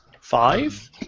Five